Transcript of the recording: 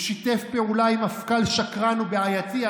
הוא שיתף פעולה עם מפכ"ל שקרן ובעייתי,